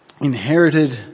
inherited